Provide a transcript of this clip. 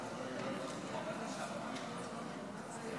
עד שלוש דקות לרשותך.